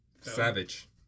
Savage